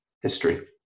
history